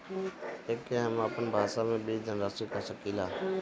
एके हम आपन भाषा मे बीज धनराशि कह सकीला